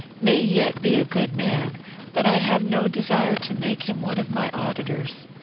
may yet be a good man but i have no desire to make him one of my auditors.